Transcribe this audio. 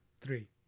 three